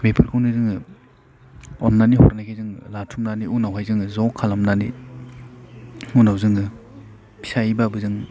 बेफोरखौनो जोङो अननानै हरनायखाय जों लाथुमनानै उनावहाय जोङो ज' खालामनानै उनाव जोङो फिसायैब्लाबो जों